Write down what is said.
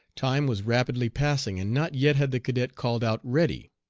time was rapidly passing, and not yet had the cadet called out ready.